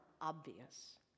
obvious